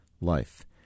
Life